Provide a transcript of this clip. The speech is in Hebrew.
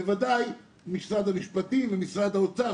וודאי משרד המשפטים ומשרד האוצר,